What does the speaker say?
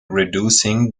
reducing